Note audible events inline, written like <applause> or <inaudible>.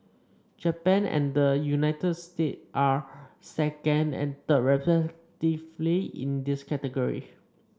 Japan and the United States are second and third <unintelligible> in this category